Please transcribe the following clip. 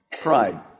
Pride